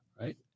right